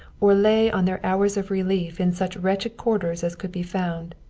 or lay on their hours of relief in such wretched quarters as could be found,